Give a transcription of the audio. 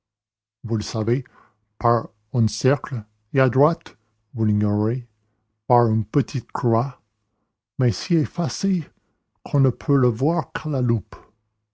vous le savez par un cercle et à droite vous l'ignorez par une petite croix mais si effacée qu'on ne peut la voir qu'à la loupe